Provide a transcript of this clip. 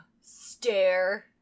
Stare